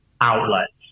outlets